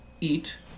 eat